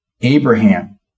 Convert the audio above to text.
Abraham